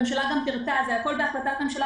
הממשלה גם פירטה זה הכול בהחלטת ממשלה